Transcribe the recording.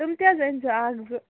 تِم تہِ حظ أنۍ زِ اکھ زٕ